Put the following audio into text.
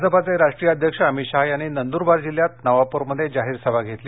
भाजपाचे राष्ट्रीय अध्यक्ष अमित शहा यांनी नंदुरबार जिल्ह्यात नावापुरमध्ये जाहीर सभा घेतली